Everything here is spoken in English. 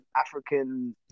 African